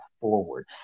forward